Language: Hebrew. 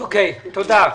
תודה.